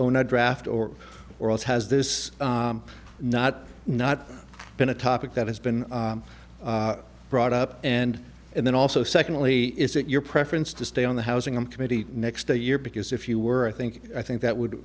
own a draft or or else has this not not been a topic that has been brought up and and then also secondly is it your preference to stay on the housing in committee next year because if you were i think i think that would